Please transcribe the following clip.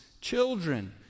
children